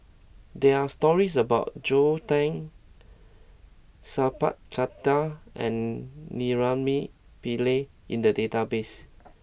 there are stories about Joel Tan Sat Pal Khattar and Naraina Pillai in the database